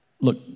Look